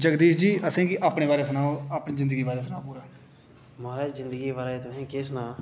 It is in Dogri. जगदीश जी असें गी अपने बारे च सनाओ अपने जिंदगी दे बारे च सनाओ पूरा माराज जिंदगी दे बारे च तुसें ई गै सनांऽ